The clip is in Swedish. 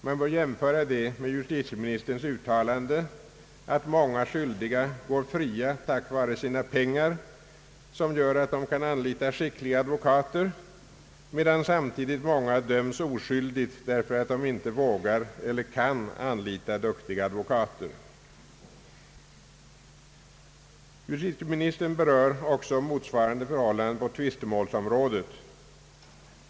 Man bör jämföra det med justitieministerns uttalande, att många skyldiga går fria tack vare sina pengar som gör att de kan anlita skickliga advokater medan samtidigt många döms oskyldigt därför att de inte vågar eller kan anlita duktiga advokater. Justitieministern berör också motsvarande förhållanden på tvistemålsområdet.